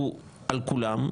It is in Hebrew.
הוא על כולם.